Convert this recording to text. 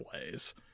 ways